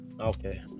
Okay